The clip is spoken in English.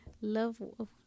love